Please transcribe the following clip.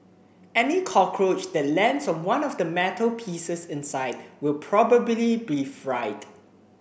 any cockroach that lands on one of the metal pieces inside will probably be fried